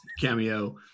cameo